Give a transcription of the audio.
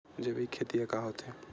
जैविक खेती ह का होथे?